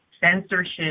censorship